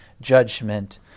judgment